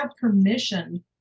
permission